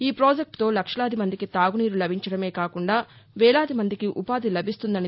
ఈ ప్రాజెక్లుతో లక్షలాది మందికి తాగునీరు లభించదమే కాకుండా వేలాది మందికి ఉపాధి లభిస్తుందన్నారు